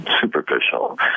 superficial